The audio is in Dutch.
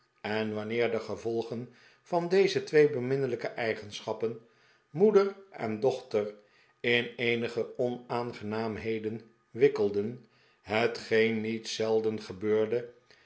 en wanneer de gevolgen van deze twee beminnelijke eigenschappen moeder en dochter in eenige onaangenaamheden wikkelden hetgeen niet zelden gebeurde